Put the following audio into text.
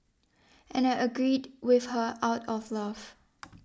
and I agreed with her out of love